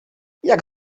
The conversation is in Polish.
jak